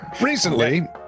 recently